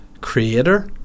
creator